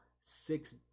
six